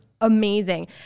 amazing